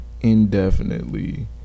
Indefinitely